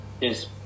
Yes